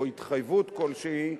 או התחייבות כלשהי,